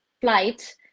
flight